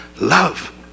Love